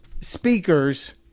speakers